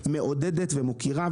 מעודדת ומוקירה.